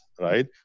right